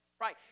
right